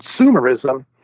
consumerism